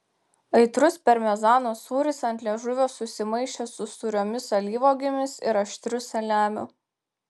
aitrus parmezano sūris ant liežuvio susimaišė su sūriomis alyvuogėmis ir aštriu saliamiu